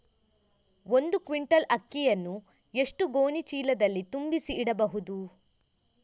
ಒಂದು ಕ್ವಿಂಟಾಲ್ ಅಕ್ಕಿಯನ್ನು ಎಷ್ಟು ಗೋಣಿಚೀಲದಲ್ಲಿ ತುಂಬಿಸಿ ಇಡಬಹುದು?